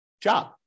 job